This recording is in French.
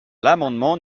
l’amendement